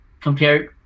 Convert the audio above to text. compare